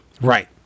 Right